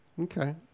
Okay